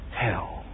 hell